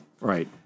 Right